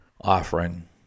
offering